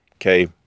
okay